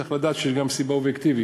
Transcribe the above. צריך לדעת שיש לכך גם סיבה אובייקטיבית,